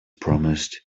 promised